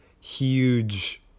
huge